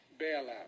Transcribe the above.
bailout